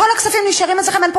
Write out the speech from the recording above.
כל הכספים נשארים אצלכם, אין פה